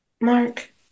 Mark